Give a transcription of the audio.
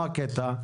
מה הקטע?